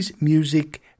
Music